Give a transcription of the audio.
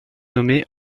nommée